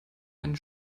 einen